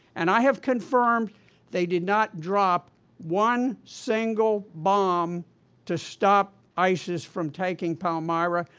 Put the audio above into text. and i have confirmed they did not drop one single bomb to stop isis from taking palmyra.